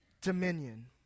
dominion